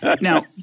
Now